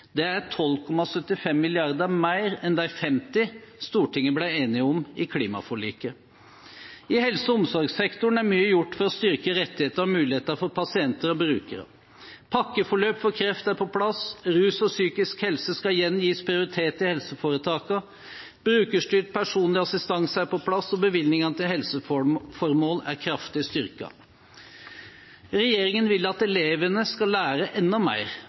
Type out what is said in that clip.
Det er 12,75 mrd. kr mer enn de 50 mrd. kr Stortinget ble enige om i klimaforliket. I helse- og omsorgssektoren er mye gjort for å styrke rettigheter og muligheter for pasienter og brukere. Pakkeforløp for kreft er på plass, rus og psykisk helse skal igjen gis prioritet i helseforetakene, brukerstyrt personlig assistanse er på plass, og bevilgningene til helseformål er kraftig styrket. Regjeringen vil at elevene skal lære enda mer.